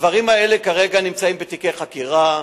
הדברים האלה כרגע נמצאים בתיקי חקירה.